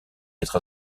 être